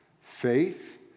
Faith